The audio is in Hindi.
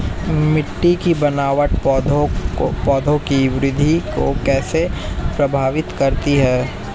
मिट्टी की बनावट पौधों की वृद्धि को कैसे प्रभावित करती है?